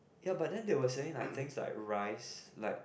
ya but then they will saying like thing like rice like